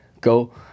go